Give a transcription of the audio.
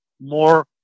more